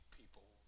people